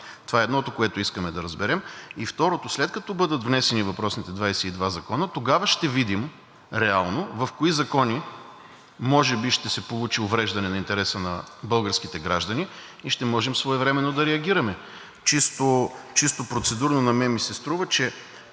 Това е едното, което искаме да разберем. И второто, след като бъдат внесени въпросните 22 закона, тогава ще видим реално в кои закони може би ще се получи увреждане на интереса на българските граждани и ще можем своевременно да реагираме. Чисто процедурно на мен ми се струва, че